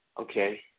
Okay